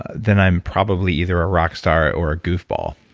then i'm probably either a rock star or a goofball.